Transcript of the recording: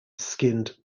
skinned